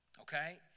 Okay